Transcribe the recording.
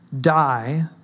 die